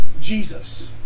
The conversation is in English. Jesus